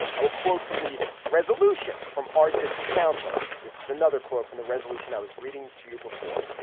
i will quote from the resolution from our district council. this is another quote from the resolution i was reading to you before.